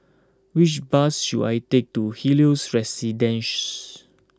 which bus should I take to Helios Residences